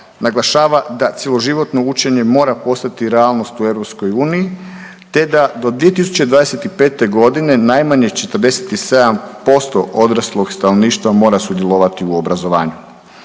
naglašava da cjeloživotno učenje mora postati realnost u EU te da do 2025. godine najmanje 47% odraslog stanovništva mora sudjelovati u obrazovanju.